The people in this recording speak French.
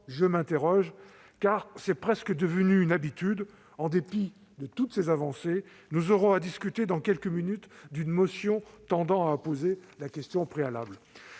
... En effet, et c'est presque devenu une habitude, en dépit de toutes ces avancées, nous aurons à discuter dans quelques minutes d'une motion tendant à opposer la question préalable.